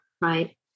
right